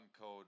code